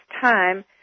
time